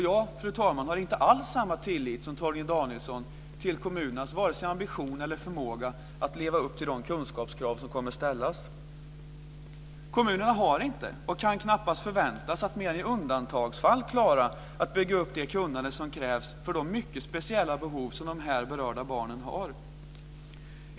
Jag har inte alls samma tillit som Torgny Danielsson till kommunerna när det gäller vare sig deras ambition eller deras förmåga att leva upp till de kunskapskrav som kommer att ställas. Kommunerna har inte och kan knappast förväntas mer än i undantagsfall klara att bygga upp det kunnande som krävs för de mycket speciella behov som de berörda barnen har.